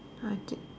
I think